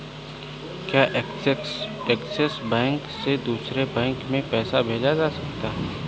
क्या Axis bank से दूसरे बैंक में पैसे भेजे जा सकता हैं?